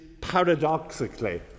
paradoxically